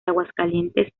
aguascalientes